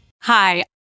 Hi